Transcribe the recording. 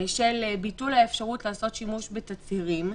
של ביטול האפשרות לעשות שימוש בתצהירים,